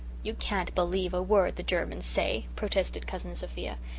you can't believe a word the germans say, protested cousin sophia.